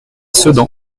sedan